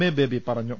A Baby പറഞ്ഞു